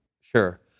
Sure